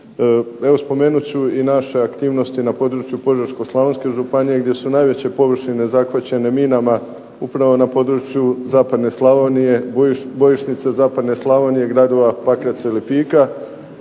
evo spomenut ću i naše aktivnosti na području Požeško-slavonske županije, gdje su najveće površine zahvaćene minama upravo na području zapadne Slavonije, bojišnice zapadne Slavonije, gradova Pakraca i Lipika,